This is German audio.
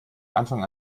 anfang